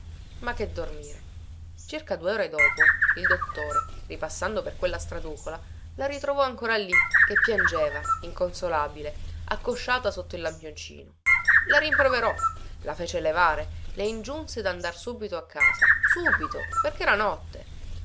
ma che dormire circa due ore dopo il dottore ripassando per quella straducola la ritrovò ancora lì che piangeva inconsolabile accosciata sotto il lampioncino la rimproverò la fece levare le ingiunse dandar subito a casa subito perché era notte